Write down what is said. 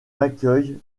l’accueil